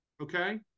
Okay